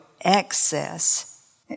excess